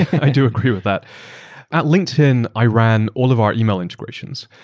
i do agree with that. at linkedin, i ran all of our email integrations.